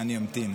אני אמתין.